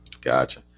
gotcha